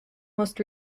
most